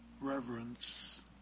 reverence